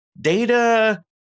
data